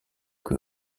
que